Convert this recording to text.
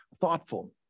thoughtful